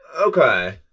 okay